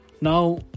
Now